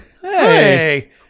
hey